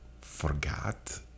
forgot